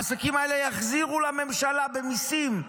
והעסקים האלה יחזירו לממשלה במיסים,